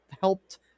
helped